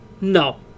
No